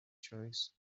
choice